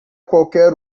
qualquer